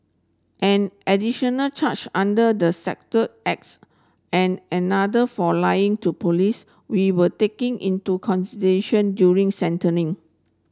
an additional charge under the Sector Acts and another for lying to police we were taken into consideration during sentencing